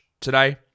today